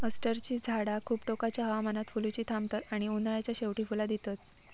अष्टरची झाडा खूप टोकाच्या हवामानात फुलुची थांबतत आणि उन्हाळ्याच्या शेवटी फुला दितत